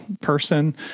person